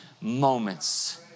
moments